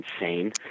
insane